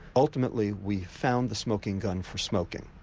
ultimately we found the smoking gun for smoking,